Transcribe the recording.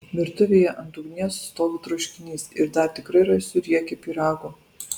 virtuvėje ant ugnies stovi troškinys ir dar tikrai rasiu riekę pyrago